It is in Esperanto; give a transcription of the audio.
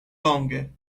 longe